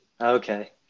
Okay